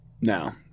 Now